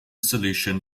solution